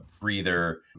breather